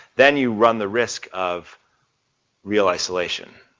than you run the risk of real isolation.